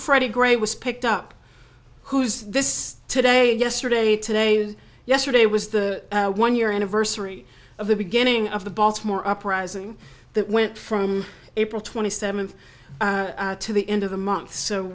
freddy gray was picked up who's this today and yesterday today yesterday was the one year anniversary of the beginning of the baltimore uprising that went from april twenty seventh to the end of the month so